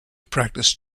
practise